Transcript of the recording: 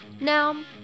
Now